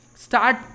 start